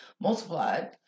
multiplied